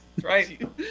Right